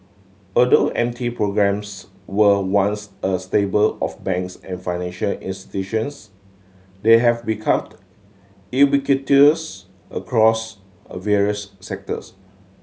although M T programmes were once a staple of banks and financial institutions they have become ubiquitous across a various sectors